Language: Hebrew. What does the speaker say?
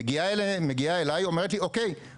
היא מגיעה אליי והיא אומרת לי: אני